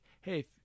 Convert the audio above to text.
hey